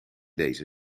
deze